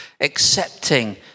accepting